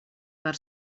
per